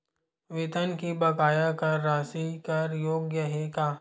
वेतन के बकाया कर राशि कर योग्य हे का?